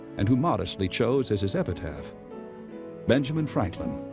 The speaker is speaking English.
and who modestly chose as his epitaph benjamin franklin,